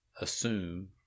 assume